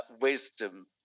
wisdom